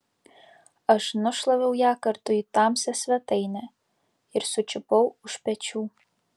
aš nušlaviau ją kartu į tamsią svetainę ir sučiupau už pečių